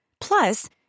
Plus